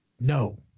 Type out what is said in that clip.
no